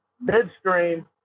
midstream